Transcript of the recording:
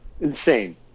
Insane